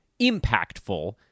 impactful